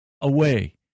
away